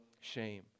shame